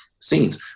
scenes